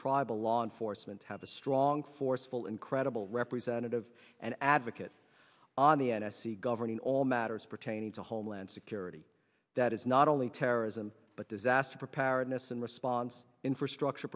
tribal law enforcement have a strong forceful and credible representative and advocate on the n s e governing all matters pertaining to homeland security that is not only terrorism but disaster preparedness and response infrastructure